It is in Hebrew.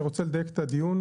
אני רוצה לדיין את הדיון.